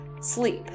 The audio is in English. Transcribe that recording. sleep